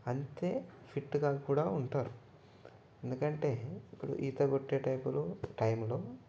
అంతే ఫిట్గా కూడా ఉంటారు ఎందుకంటే ఇప్పుడు ఈత కొట్టే టైపులో టైంలో